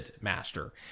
master